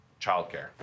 childcare